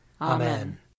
Amen